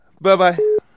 Bye-bye